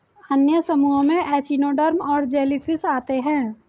अन्य समूहों में एचिनोडर्म्स और जेलीफ़िश आते है